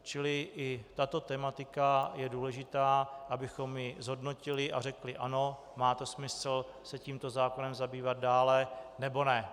Čili i tato tematika je důležitá, abychom ji zhodnotili a řekli ano, má smysl se tímto zákonem zabývat dále, nebo ne.